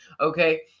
Okay